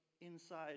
inside